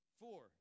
four